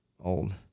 old